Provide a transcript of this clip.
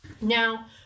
now